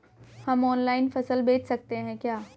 हम ऑनलाइन फसल बेच सकते हैं क्या?